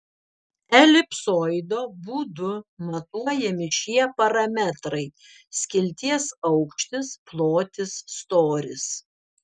elipsoido būdu matuojami šie parametrai skilties aukštis plotis storis